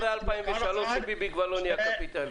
שמח שקמתם אחרי 2003 כשביבי הפסיק להיות קפיטליסט.